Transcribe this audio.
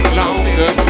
longer